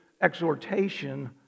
exhortation